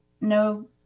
no